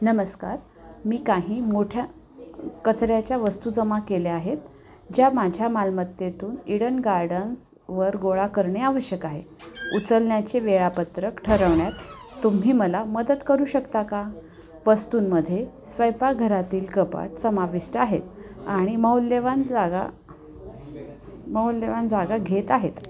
नमस्कार मी काही मोठ्या कचऱ्याच्या वस्तू जमा केल्या आहेत ज्या माझ्या मालमत्तेतून इडन गार्डन्सवर गोळा करणे आवश्यक आहे उचलण्याचे वेळापत्रक ठरवण्यात तुम्ही मला मदत करू शकता का वस्तूंमध्ये स्वयंपाकघरातील कपाट समाविष्ट आहेत आणि मौल्यवान जागा मौल्यवान जागा घेत आहेत